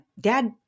dad